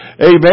Amen